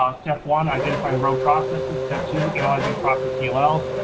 um step one, identifying rogue processes. step two, analyzing process yeah like dlls,